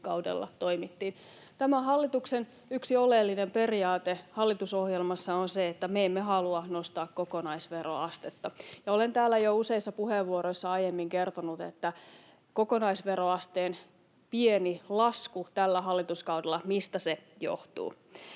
kaudella toimittiin. Tämän hallituksen yksi oleellinen periaate hallitusohjelmassa on se, että me emme halua nostaa kokonaisveroastetta, ja olen täällä jo useissa puheenvuoroissa aiemmin kertonut, mistä se kokonaisveroasteen pieni lasku tällä hallituskaudella johtuu.